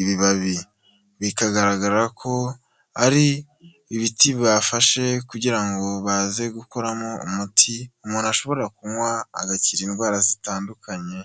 ibibabi, bikagaragara ko ari ibiti bafashe kugira ngo baze gukuramo umuti umuntu ashobora kunywa agakira indwara zitandukanye.